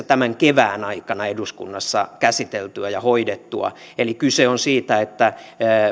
tämän kevään aikana eduskunnassa käsiteltyä ja hoidettua eli kyse on siitä että